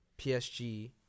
PSG